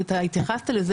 ואתה התייחסת לזה,